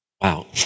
Wow